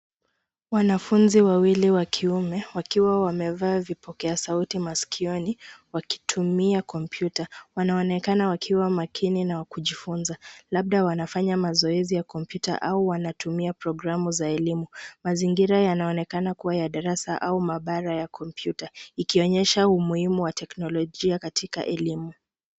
Wanafunzi wawili wakiume wakiwa wamevaa vipokea sauti masikioni, wakitumia kompyuta. Wanaonekana wakiwa makini na wakujifunza labda wanafanya mazoezi ya kompyuta au wanatumia programu za elimu. Mazingira yanaonekana kuwa ya darasa au maabara ya kompyuta, ikionyesha umuhimu wa teknolojia katika elimu.